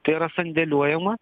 tai yra sandėliuojama